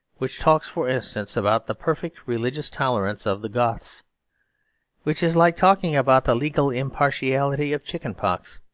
which talks, for instance, about the perfect religious tolerance of the goths which is like talking about the legal impartiality of chicken-pox.